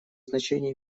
значение